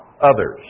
others